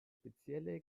spezielle